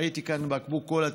ראיתי כאן בקבוק קולה,